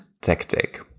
tactic